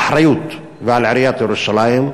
ועל עיריית ירושלים,